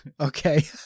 Okay